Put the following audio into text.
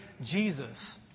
Jesus